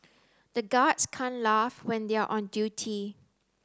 the guards can't laugh when they are on duty